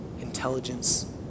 intelligence